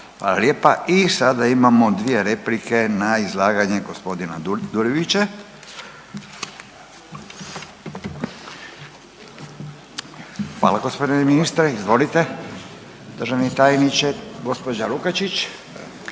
Hvala lijepa. I sada imamo dvije replike na izlaganje gospodina Dulibića. Hvala gospodine ministre. Izvolite državni tajniče. Gospođa Lukačić.